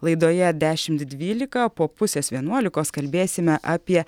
laidoje dešimt dvylika po pusės vienuolikos kalbėsime apie